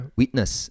witness